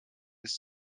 ist